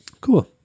Cool